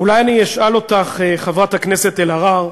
אולי אשאל אותך, חברת הכנסת אלהרר,